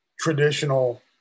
traditional